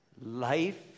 Life